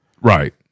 Right